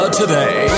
today